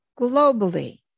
globally